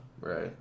Right